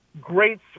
great